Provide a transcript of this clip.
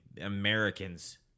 Americans